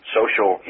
social